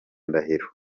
ndahiro